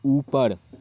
ऊपर